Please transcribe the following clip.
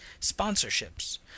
sponsorships